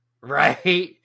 Right